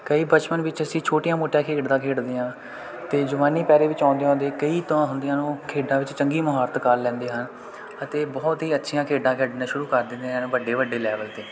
ਕਈ ਬਚਪਨ ਵਿੱਚ ਅਸੀਂ ਛੋਟੀਆਂ ਮੋਟੀਆਂ ਖੇਡਦਾ ਖੇਡਦੇ ਹਾਂ ਅਤੇ ਜਵਾਨੀ ਪੈਰੇ ਵਿੱਚ ਆਉਂਦੇ ਆਉਂਦੇ ਕਈ ਤਾਂ ਹੁੰਦੀਆਂ ਨੂੰ ਖੇਡਾਂ ਵਿੱਚ ਚੰਗੀ ਮੁਹਾਰਤ ਕਰ ਲੈਂਦੇ ਹਨ ਅਤੇ ਬਹੁਤ ਹੀ ਅੱਛੀਆਂ ਖੇਡਾਂ ਖੇਡਣੀਆਂ ਸ਼ੁਰੂ ਕਰ ਦਿੰਦੇ ਹਨ ਵੱਡੇ ਵੱਡੇ ਲੈਵਲ 'ਤੇ